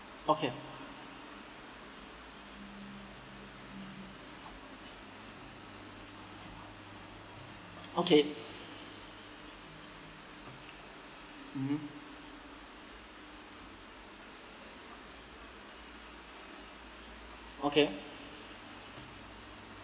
okay okay mmhmm okay